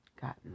gotten